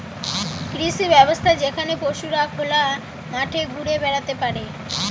কৃষি ব্যবস্থা যেখানে পশুরা খোলা মাঠে ঘুরে বেড়াতে পারে